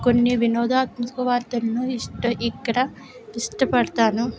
కొన్ని వినోదాత్మక వార్తలను ఇష్ట ఇక్కడ ఇష్టపడతాను